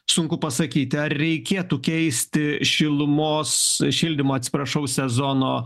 sunku pasakyti ar reikėtų keisti šilumos šildymo atsiprašau sezono